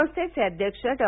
संस्थेचे अध्यक्ष डॉ